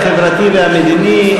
החברתי והמדיני,